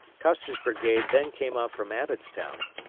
custer's brigade then came up from abbotstown.